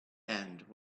end